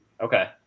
Okay